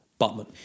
Botman